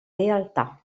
realtà